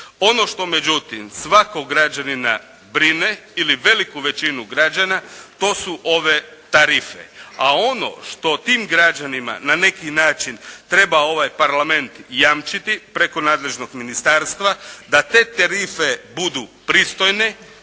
Ono što međutim svakog građanina brine ili veliku većinu građana, to su ove tarife. A ono što tim građanima na neki način treba ovaj Parlament jamčiti preko nadležnog ministarstva, da te tarife budu pristojne,